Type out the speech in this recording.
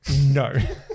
No